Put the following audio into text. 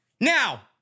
Now